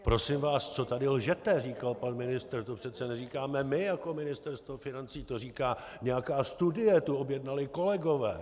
Prosím vás, co tady lžete, říkal pan ministr, to přece neříkáme my jako Ministerstvo financí, to říká nějaká studie, tu objednali kolegové.